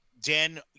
Dan